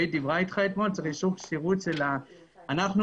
אתמול קיבלנו --- נכון,